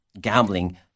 gambling